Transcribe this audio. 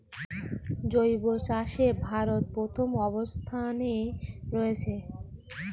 জৈব চাষে ভারত প্রথম অবস্থানে রয়েছে